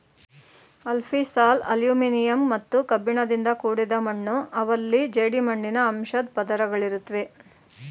alfisol aluminium ಮತ್ತು ಕಬ್ಬಿಣದಿಂದ ಕೂಡಿದ ಮಣ್ಣು ಅವಲ್ಲಿ ಜೇಡಿಮಣ್ಣಿನ ಅಂಶದ್ ಪದರುಗಳಿರುತ್ವೆ